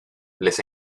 les